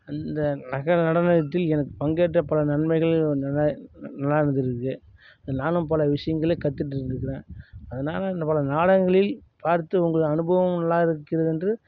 அந்த நக நடனத்தில் எனக்கு பங்கேற்ற பல நன்மைகள் என்னென்னா நடந்து இருக்கு நானும் பல விஷயங்களை கற்றுட்ருந்துக்குறேன் அதனால அந்த பல நாடகங்களில் பார்த்து உங்கள் அனுபவங்கள் எல்லாம் இருக்கிறது என்று